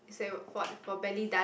it's like for what for belly dance